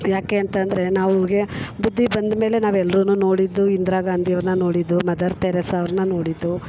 ಯಾಕೆ ಅಂತ ಅಂದ್ರೆ ನಮಗೆ ಬುದ್ಧಿ ಬಂದಮೇಲೆ ನಾವು ಎಲ್ಲರೂನು ನೋಡಿದ್ದು ಇಂದಿರಾ ಗಾಂಧಿ ಅವ್ರನ್ನ ನೋಡಿದ್ದು ಮದರ್ ತೆರೇಸಾ ಅವ್ರನ್ನ ನೋಡಿದ್ದು